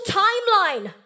timeline